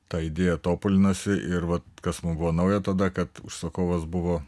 ta idėja tobulinasi ir va kas man buvo nauja tada kad užsakovas buvo